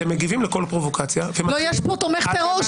תומך טרור.